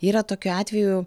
yra tokių atvejų